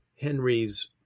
Henry's